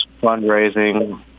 fundraising